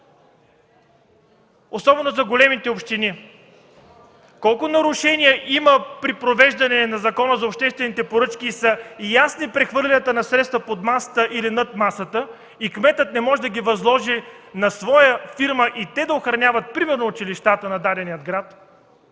особено за големите общини, колко нарушения има при провеждане на Закона за обществените поръчки и са ясни прехвърлянията на средствата под масата или над масата и кметът не може да ги възложи на своя фирма и те да охраняват примерно училищата на дадения град?